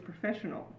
professional